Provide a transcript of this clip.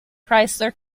chrysler